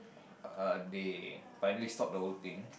uh they finally stopped the whole thing